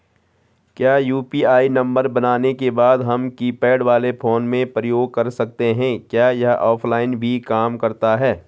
क्या UPI number बनाने के बाद हम कीपैड वाले फोन में प्रयोग कर सकते हैं क्या यह ऑफ़लाइन भी काम करता है?